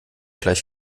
gleich